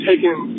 Taken